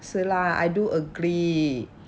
是 lah I do agree